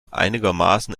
einigermaßen